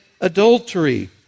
adultery